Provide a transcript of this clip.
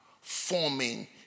forming